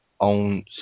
own